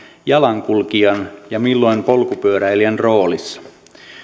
jalankulkijan ja milloin polkupyöräilijän roolissa